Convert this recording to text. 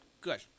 Good